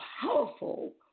powerful